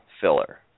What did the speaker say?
filler